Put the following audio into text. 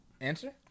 answer